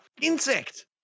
insect